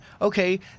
Okay